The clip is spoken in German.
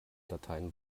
dateien